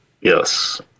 Yes